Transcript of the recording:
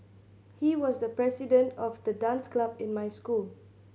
he was the president of the dance club in my school